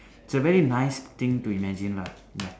it's a very nice thing to imagine lah ya